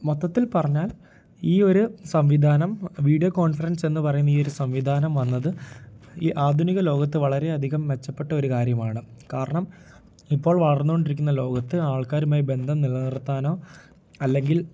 മൊത്തത്തിൽ പറഞ്ഞാൽ ഈ ഒരു സംവിധാനം വീഡിയോ കോൺഫറൻസെന്ന് പറയും ഈ ഒരു സംവിധാനം വന്നത് ഈ ആധുനിക ലോകത്ത് വളരെ അധികം മെച്ചപ്പെട്ടൊരു കാര്യമാണ് കാരണം ഇപ്പോൾ വളർന്നോണ്ടിരിക്കുന്ന ലോകത്ത് ആൾക്കാരുമായി ബന്ധം നിലനിർത്താനോ അല്ലെങ്കിൽ